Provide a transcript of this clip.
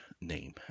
name